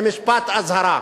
במשפט אזהרה: